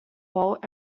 bolt